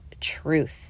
truth